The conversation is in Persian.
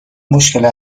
مشکل